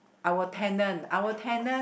our tenant our tenant